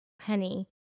honey